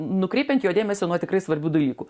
nukreipiant jo dėmesį nuo tikrai svarbių dalykų